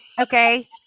Okay